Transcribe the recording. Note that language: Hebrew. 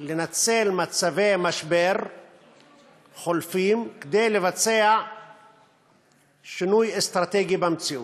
לנצל מצבי משבר חולפים כדי לבצע שינוי אסטרטגי במציאות.